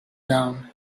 down